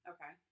Okay